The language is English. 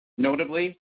Notably